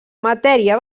matèria